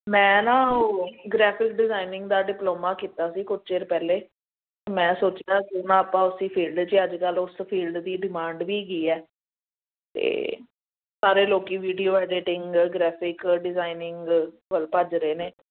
ਮੈਂ ਨਾ ਉਹ ਗ੍ਰੈਫਿਕ ਡਿਜ਼ਾਇਨਿੰਗ ਦਾ ਡਿਪਲੋਮਾ ਕੀਤਾ ਸੀ ਕੁਛ ਚਿਰ ਪਹਿਲੇ ਮੈਂ ਸੋਚਿਆ ਸੀ ਮੈਂ ਆਪਾਂ ਉਸੀ ਫੀਲਡ 'ਚ ਅੱਜ ਕੱਲ੍ਹ ਉਸ ਫੀਲਡ ਦੀ ਡਿਮਾਂਡ ਵੀ ਹੈਗੀ ਆ ਅਤੇ ਸਾਰੇ ਲੋਕ ਵੀਡੀਓ ਐਡੇਟਿੰਗ ਗ੍ਰੈਫਿਕ ਡਿਜ਼ਾਇਨਿੰਗ ਵੱਲ ਭੱਜ ਰਹੇ ਨੇ